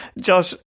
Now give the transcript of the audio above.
Josh